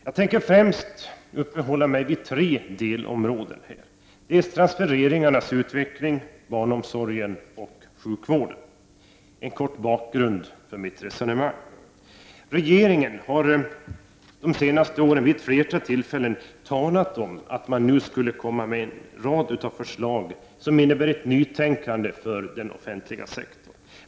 Jag tänker främst uppehålla mig vid tre delområden: transfereringarnas utveckling, barnomsorgen och sjukvården. Först en kort bakgrund till mina resonemang. Regeringen har de senaste åren vid ett flertal tillfällen talat om att komma med en rad förslag om ett nytänkande om den offentliga sektorn.